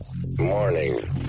Morning